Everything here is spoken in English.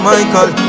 Michael